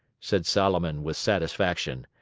said solomon, with satisfaction.